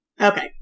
Okay